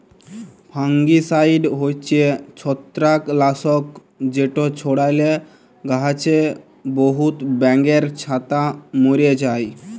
fungicide হছে ছত্রাক লাসক যেট ছড়ালে গাহাছে বহুত ব্যাঙের ছাতা ম্যরে যায়